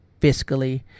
fiscally